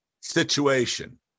situation